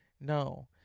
No